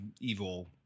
evil